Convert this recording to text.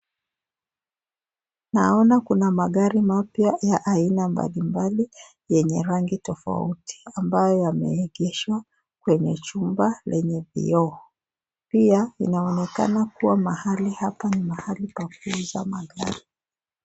Naona kuna magari mapya ya aina mbalimbali yenye rangi tofauti ambayo yameegeshwa kwenye jumba lenye vioo. Pia inaonekana kuwa mahali hapa ni mahali pa kuuza magari.